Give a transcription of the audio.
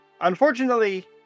Unfortunately